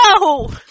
No